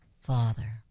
father